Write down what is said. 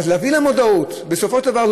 להביא למודעות שבסופו של דבר,